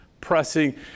pressing